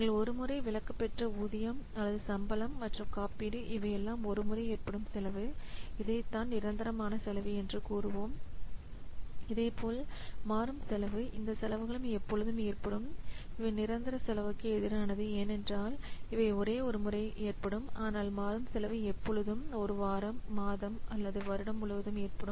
நீங்கள் ஒரு முறை விலக்கு பெற்ற ஊதியம் அல்லது சம்பளம் மற்றும் காப்பீடு இவையெல்லாம் ஒருமுறை ஏற்படும் செலவு இதைத்தான் நிரந்தரமான செலவு என்று கூறுகிறோம் இதேபோல் மாறும் செலவு இந்த செலவுகளும் எப்பொழுதும் ஏற்படும் இவை நிரந்தர செலவுக்கு எதிரானது ஏனென்றால் அவை ஒரே ஒருமுறை ஏற்படும் ஆனால் மாறும் செலவு எப்பொழுதும் ஒரு வாரம் மாதம் அல்லது வருடம் முழுவதும் ஏற்படும்